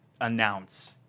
announce –